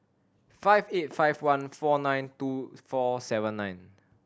five eight five one four nine two four seven nine